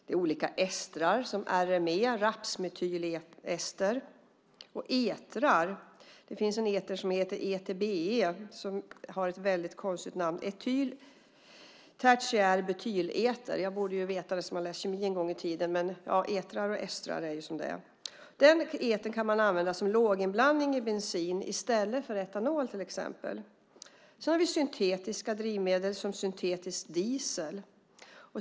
Det finns olika estrar som RME, rapsmetylester, och etrar. Det finns en eter som heter ETBE, som har ett väldigt konstigt namn, etyltertiärbutyleter. Jag borde ju veta det som har läst kemi en gång i tiden, men etrar och estrar är ju som de är. Den etern kan man använda som låginblandning i bensin i stället för till exempel etanol. Sedan har vi syntetiska drivmedel som syntetisk diesel.